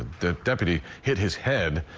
the deputy hit his head.